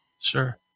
Sure